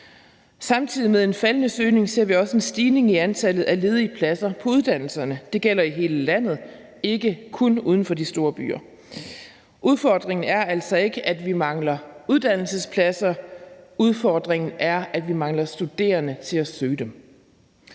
Samtidig med en faldende søgning ser vi også en stigning i antallet af ledige pladser på uddannelserne. Det gælder i hele landet og ikke kun uden for de store byer. Udfordringen er altså ikke, at vi mangler uddannelsespladser, men udfordringen er, at vi mangler studerende til at søge dem.